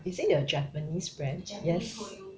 is it a japanese brand yes